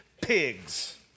pigs